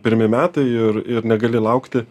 pirmi metai ir ir negali laukti